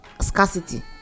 scarcity